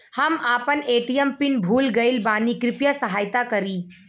हम आपन ATM PIN भूल गईल बानी कृपया सहायता करी